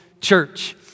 church